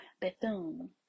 Bethune